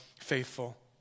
faithful